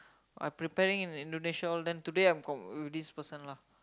I preparing in Indonesia all then today I'm com~ with this person lah